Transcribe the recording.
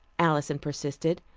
alison persisted,